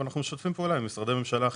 אבל אנחנו משתפים פעולה עם משרדי ממשלה אחרים.